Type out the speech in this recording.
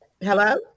Hello